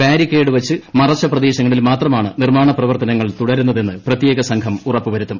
barricade വച്ചു മറച്ച പ്രദേശങ്ങളിൽ മാത്രമാണ് നിർമ്മാണ പ്രവർത്തനങ്ങൾ തുടരുന്നതെന്ന് പ്രത്യേകസംഘം ഉറപ്പ് വരുത്തും